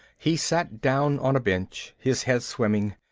he sat down on a bench, his head swimming.